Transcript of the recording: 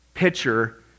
picture